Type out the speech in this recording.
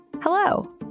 Hello